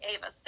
Ava